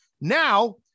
Now